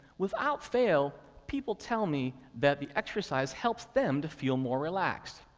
without fail, people tell me that the exercise helps them to feel more relaxed.